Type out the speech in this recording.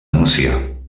nucia